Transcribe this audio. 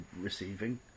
receiving